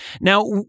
Now